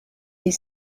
des